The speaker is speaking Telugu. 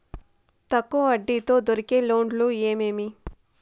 తక్కువ వడ్డీ తో దొరికే లోన్లు ఏమేమి